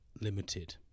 limited